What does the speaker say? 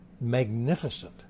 magnificent